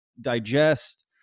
digest